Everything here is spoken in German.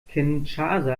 kinshasa